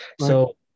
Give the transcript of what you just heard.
So-